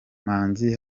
manzi